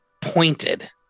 pointed